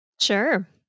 Sure